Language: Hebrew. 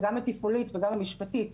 גם התפעולית וגם המשפטית,